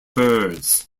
birds